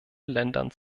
ländern